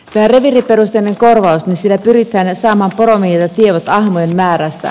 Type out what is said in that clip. tällä reviiriperusteisella korvauksella pyritään saamaan poromiehiltä tiedot ahmojen määrästä